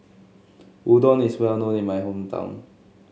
Udon is well known in my hometown